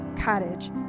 Cottage